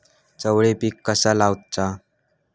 चवळी पीक कसा लावचा?